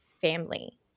family